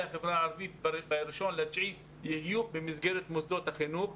החברה הערבית יהיו ב-1 בספטמבר במסגרת מוסדות החינוך.